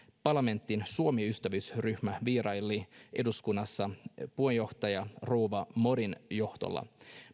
parlamentin suomi ystävyysryhmä vieraili eduskunnassa puheenjohtaja rouva morin johdolla